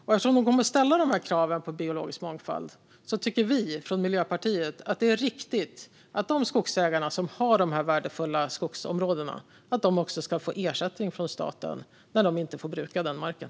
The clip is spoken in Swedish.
Och eftersom de kommer att ställa krav på biologisk mångfald tycker vi i Miljöpartiet att det är riktigt att de skogsägare som har dessa värdefulla skogsområden också ska få ersättning från staten när de inte får bruka den marken.